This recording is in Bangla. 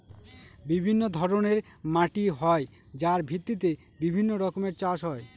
বিভিন্ন ধরনের মাটি হয় যার ভিত্তিতে বিভিন্ন রকমের চাষ হয়